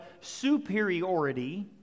superiority